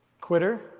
quitter